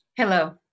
Hello